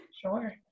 Sure